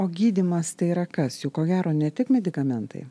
o gydymas tai yra kas juk ko gero ne tik medikamentai